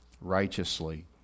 righteously